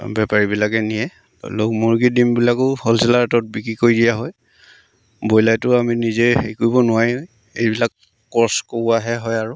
বেপাৰীবিলাকে নিয়ে হ'লেও মুৰ্গীৰ ডিমবিলাকো হ'লচেলাৰ ৰেটত বিক্ৰী কৰি দিয়া হয় ব্ৰইলাৰটো আমি নিজে হেৰি কৰিব নোৱাৰি এইবিলাক কৰ্চ কৰোৱাহে হয় আৰু